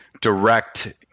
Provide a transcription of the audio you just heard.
direct